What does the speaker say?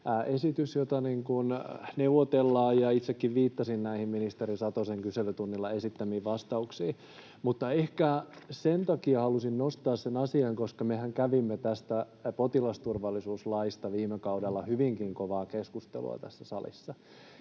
josta neuvotellaan, ja itsekin viittasin näihin ministeri Satosen kyselytunnilla esittämiin vastauksiin. Mutta ehkä sen takia halusin nostaa sen asian, että mehän kävimme tästä potilasturvallisuuslaista viime kaudella hyvinkin kovaa keskustelua tässä salissa,